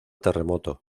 terremoto